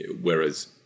Whereas